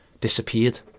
disappeared